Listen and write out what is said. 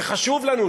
זה חשוב לנו,